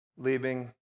leaving